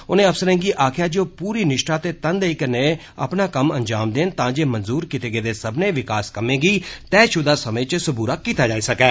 उनें अफसरें गी आक्खेया जे ओ पूरी निष्ठा ते तनदेई कन्नै अपना कम्म अंजाम देन तां जे मंजूर कीते गेदे सब्बनें विकास कम्में गी तयश्दा समै च सबूरा कीता जाई सकै